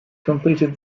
completed